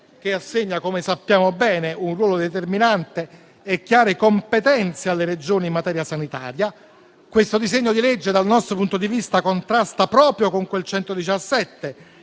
che assegna - come sappiamo bene - un ruolo determinante e chiare competenze alle Regioni in materia sanitaria. Questo disegno di legge, dal nostro punto di vista, contrasta proprio con